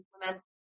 implement